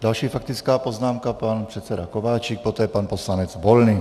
Další faktická poznámka pan předseda Kováčik, poté pan poslanec Volný.